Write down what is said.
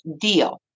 deal